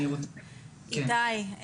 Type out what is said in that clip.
איתי,